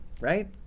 right